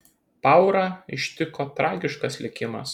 paurą ištiko tragiškas likimas